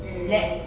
mm